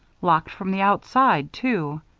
locked from the outside, too.